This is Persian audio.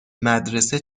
مدرسه